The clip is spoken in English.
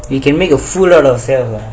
we can make a fool ourselves lah